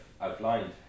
outlined